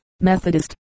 Methodist